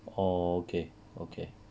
okay okay